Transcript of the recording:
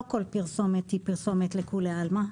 לא כל פרסומת היא פרסומת לכולי עלמא,